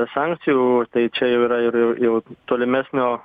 sankcijų tai čia jau yra ir ja jau tolimesnio